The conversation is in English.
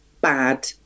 bad